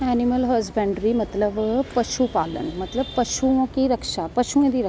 animal husbandry मतलव पशू पालन मतलव कि पशुएं दी रक्षा करनां